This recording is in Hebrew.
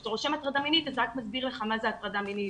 כשאתה רושם הטרדה מינית זה רק מסביר לך מה זה הטרדה מינית,